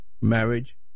marriage